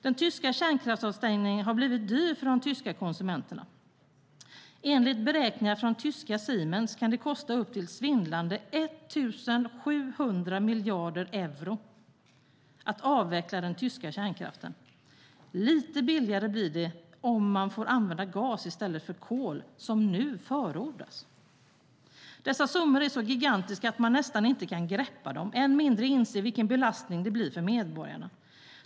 Den tyska kärnkraftsavstängningen har blivit dyr för de tyska konsumenterna. Enligt beräkningar från tyska Siemens kan det kosta upp till svindlande 1 700 miljarder euro att avveckla den tyska kärnkraften. Lite billigare blir det om man får använda gas i stället för kol, som nu förordas. Dessa summor är så gigantiska att man nästan inte kan greppa dem, än mindre inse vilken belastning det blir för medborgarna.